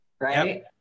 right